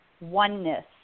oneness